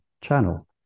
channel